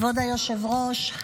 כבוד היושב-ראש,